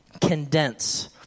condense